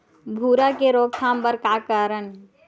भूरा के रोकथाम बर का करन?